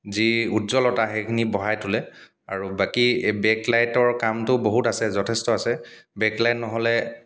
যি উজ্জ্বলতা সেইখিনি বঢ়াই তোলে আৰু বাকী এই বেকলাইটৰ কামটো বহুত আছে যথেষ্ট আছে বেকলাইট নহ'লে